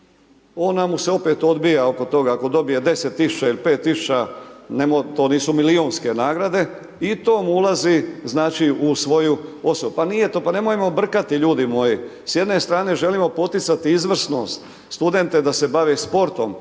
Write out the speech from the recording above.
ona mu se opet odbija oko toga ako dobije 5 tisuća ili 10 tisuća. To nisu milijunske nagrade i to mu ulazi, znači u …/Govornik se ne razumije/…. Pa nije to, pa nemojmo brkati ljudi moji. S jedne strane želimo poticati izvrsnost, studente da se bave sportom,